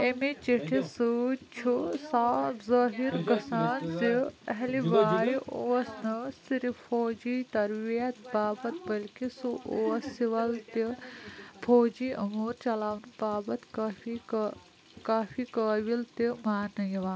اَمہِ چِٹھہِ سۭتۍ چھُ صاف ظٲہِر گژھَان زِ اہلیہ وایہِ اوس نَہ صرف فوجی تربیت باپتھ بلکہِ سُہ اوس سِوَل تہِ فوجی امور چلاونہٕ باپتھ کٲ کٲفی قٲبل تہِ ماننہٕ یِوان